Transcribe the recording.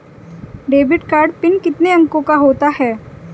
Debit card PIN कितने अंकों का होता है?